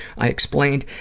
i explained,